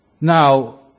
Now